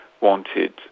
wanted